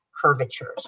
curvatures